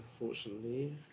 unfortunately